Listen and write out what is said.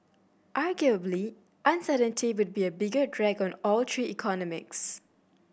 arguably uncertainty would be a bigger drag on all three economies